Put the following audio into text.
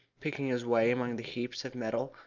picking his way among the heaps of metal,